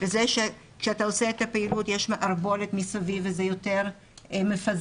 וזה שכשאתה עושה את הפעילות יש מערבולת מסביב וזה יותר מפזר,